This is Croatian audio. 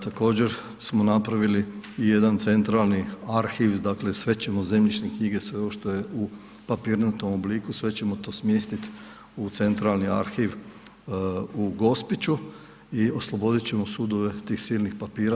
Također, smo napravili i jedan centralni arhiv, dakle sve ćemo zemljišne knjige, sve ovo što je u papirnatom obliku, sve ćemo to smjestit u centralni arhiv u Gospiću i oslobodit ćemo sudove tih silnih papira.